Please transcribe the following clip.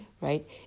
right